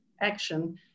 action